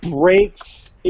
breaks